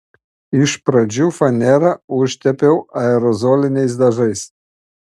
iš pradžių fanerą užtepiau aerozoliniais dažais